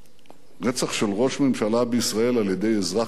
רצח של ראש ממשלה בישראל על-ידי אזרח ישראל,